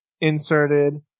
inserted